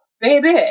baby